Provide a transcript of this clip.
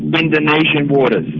indonesian and waters.